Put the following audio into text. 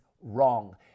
wrong